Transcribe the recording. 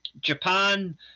Japan